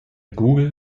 google